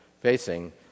facing